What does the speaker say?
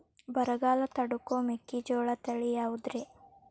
ಬರಗಾಲ ತಡಕೋ ಮೆಕ್ಕಿಜೋಳ ತಳಿಯಾವುದ್ರೇ?